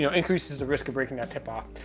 you know increases the risk of breaking that tip off.